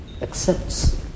Accepts